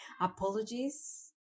Apologies